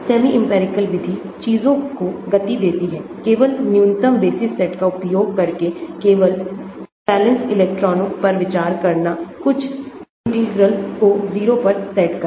semi empirical विधि चीजों को गति देती है केवल न्यूनतम बेसिस सेट का उपयोग करके केवल वैलेंस इलेक्ट्रॉनों पर विचार करना कुछ इंटीग्रल को 0 पर सेट करना